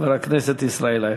חבר הכנסת ישראל אייכלר.